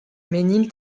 mesnil